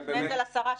תפנה את זה לשרה שלך.